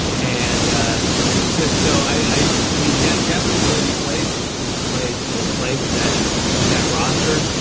and ah sit. so i i mean, debt, definitely the way we played was was the way to play with that with that roster.